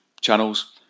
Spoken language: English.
channels